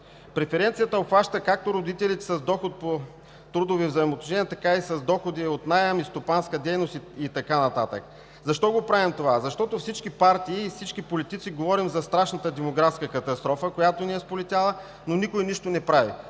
Преференцията обхваща както родителите с доход по трудови правооотношения, така и с доходи от наем, стопанска дейност и така нататък. Защо го правим това? Защото всички партии и всички политици говорим за страшната демографска катастрофа, която ни е сполетяла, но никой нищо не прави.